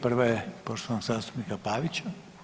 Prva je poštovanog zastupnika Pavića.